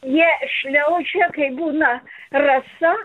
jie šliaužia kai būna rasa